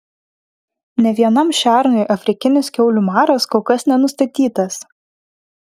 nė vienam šernui afrikinis kiaulių maras kol kas nenustatytas